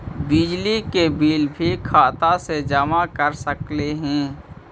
बिजली के बिल भी खाता से जमा कर सकली ही?